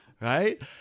right